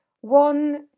one